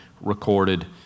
recorded